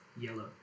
yellow